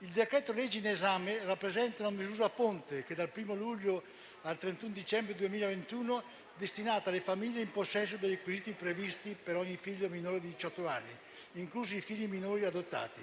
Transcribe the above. Il decreto-legge in esame rappresenta la misura ponte dal 1° luglio al 31 dicembre 2021, destinata alle famiglie in possesso dei requisiti previsti per ogni figlio minore di diciotto anni, inclusi i figli minori adottati